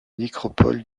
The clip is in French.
nécropole